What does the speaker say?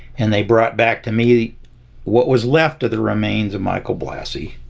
and they brought back to me what was left of the remains of michael blassi,